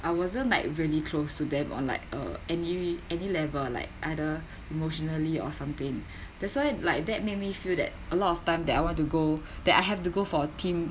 I wasn't like really close to them or like uh any any level like either emotionally or something that's why like that made me feel that a lot of time that I want to go that I have to go for a team